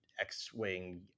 X-Wing